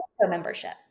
membership